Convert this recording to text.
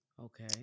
Okay